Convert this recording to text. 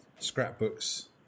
Scrapbooks